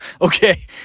Okay